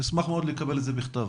נשמח מאוד לקבל את זה בכתב.